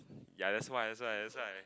ya that's why that's why that's why